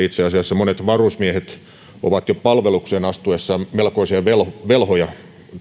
itse asiassa monet varusmiehet ovat jo palvelukseen astuessaan melkoisia velhoja